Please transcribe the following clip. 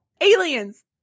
Aliens